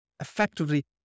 Effectively